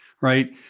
right